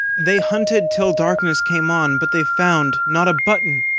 they hunted till darkness came on, but they found not a button,